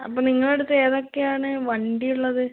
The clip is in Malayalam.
അപ്പം നിങ്ങടടുത്ത് ഏതൊക്കെയാണ് വണ്ടി ഉള്ളത്